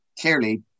clearly